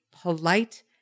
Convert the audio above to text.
polite